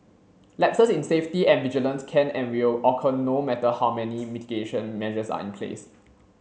lapses in safety and vigilance can and will occur no matter how many mitigation measures are in place